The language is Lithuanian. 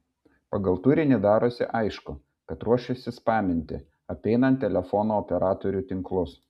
pagal turinį darosi aišku kad ruošiasi spaminti apeinant telefono operatorių tinklus